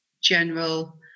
general